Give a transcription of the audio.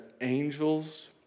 angels